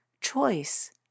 choice